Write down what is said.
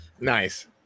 Nice